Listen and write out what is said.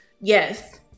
yes